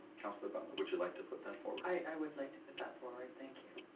councilor butler would you like to put that forward? i would like to put that forward, thank you.